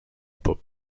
pop